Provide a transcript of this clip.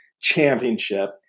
Championship